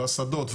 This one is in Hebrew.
השדות,